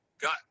got